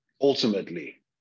ultimately